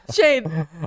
Shane